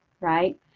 right